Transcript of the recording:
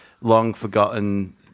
long-forgotten